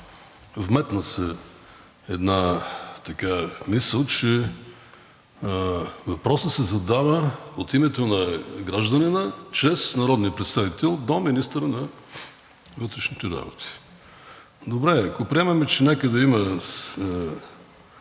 Вметна се една мисъл, че въпросът се задава от името на гражданина чрез народния представител до министъра на вътрешните работи. Добре, ако приемем, че някъде има